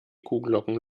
kuhglocken